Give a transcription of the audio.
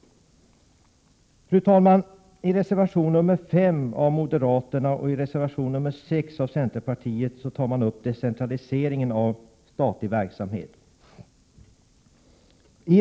Fru talman! I reservation nr 5 av moderaterna och i reservation nr 6 av centerpartiet tas decentraliseringen av statlig verksamhet upp.